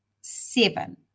seven